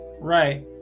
Right